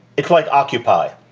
it's like occupy.